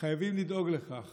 חייבים לדאוג לכך